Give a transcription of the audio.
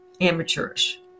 amateurish